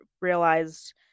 realized